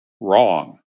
wrong